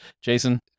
Jason